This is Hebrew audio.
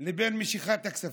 לבין משיכת הכספים.